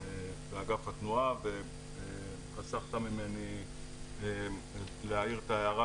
באגף התנועה וחסכת ממני להעיר את ההערה